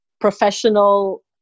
professional